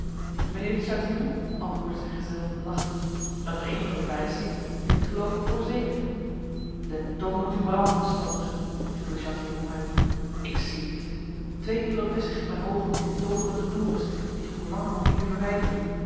mijnheer de chatillon antwoordde zijn gezel lachende dat er een van u beiden sliep dit geloof ik voorzeker de tong moet u branden spotter viel de chatillon uit ik sliep niet twee uren vestig ik mijn ogen op die betoverende torens die zich hoe langer hoe meer verwijderen